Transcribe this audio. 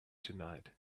tonight